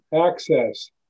access